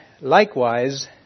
Likewise